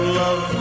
love